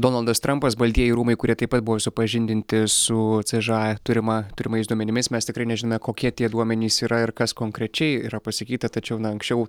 donaldas trampas baltieji rūmai kurie taip pat buvo supažindinti su cža turima turimais duomenimis mes tikrai nežinome kokie tie duomenys yra ir kas konkrečiai yra pasakyta tačiau na anksčiau